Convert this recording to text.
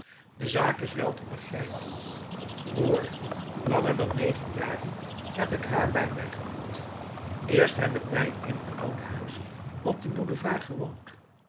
de zaak is wel te begrijpen hoor langer dan negen jaren heb ik haar bij mij gehad eerst hebben wij in het oude huis op den boulevard gewoond